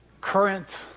Current